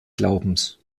glaubens